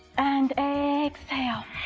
and exhale,